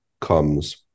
comes